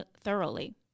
thoroughly